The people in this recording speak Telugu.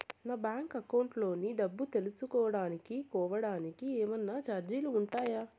నా బ్యాంకు అకౌంట్ లోని డబ్బు తెలుసుకోవడానికి కోవడానికి ఏమన్నా చార్జీలు ఉంటాయా?